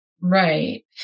Right